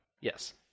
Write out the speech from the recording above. yes